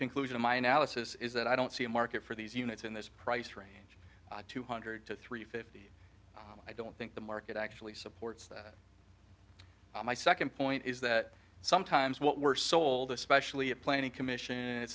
analysis is that i don't see a market for these units in this price range two hundred to three fifty i don't think the market actually supports that my second point is that sometimes what we're sold especially a planning commission